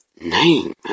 name